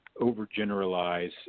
overgeneralize